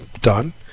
done